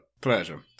pleasure